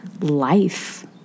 life